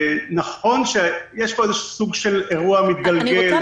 נכון שיש פה איזה סוג של אירוע מתגלגל -- אני רוצה